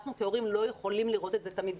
אנחנו כהורים לא יכולים לראות את זה תמיד.